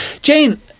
Jane